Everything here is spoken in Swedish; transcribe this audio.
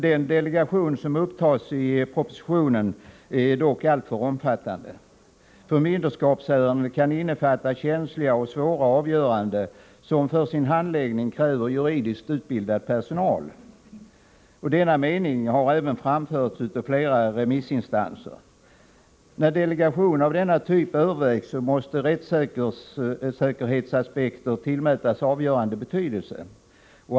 Den delegation som upptas i propositionen är dock alltför omfattande. Förmynderskapsärenden kan innefatta känsliga och svåra avgöranden som för sin handläggning kräver juridiskt utbildad personal. Denna mening har även framförts av flera remissinstanser. När delegation av denna typ övervägs måste rättssäkerhetsaspekter tillmätas avgörande betydelse.